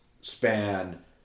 span